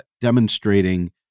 demonstrating